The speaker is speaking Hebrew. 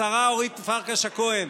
השרה אורית פרקש הכהן,